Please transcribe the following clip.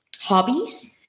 hobbies